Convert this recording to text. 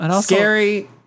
scary